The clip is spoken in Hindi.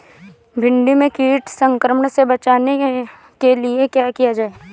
भिंडी में कीट संक्रमण से बचाने के लिए क्या किया जाए?